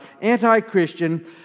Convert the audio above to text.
anti-Christian